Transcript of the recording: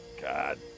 God